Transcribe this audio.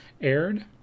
aired